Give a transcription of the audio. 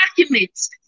documents